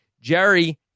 Jerry